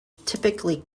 typically